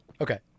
Okay